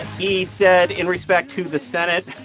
he said, in respect to the senate